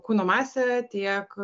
kūno masę tiek